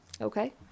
Okay